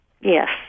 yes